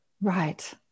Right